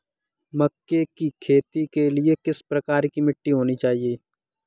मक्के की खेती के लिए किस प्रकार की मिट्टी होनी चाहिए?